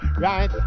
right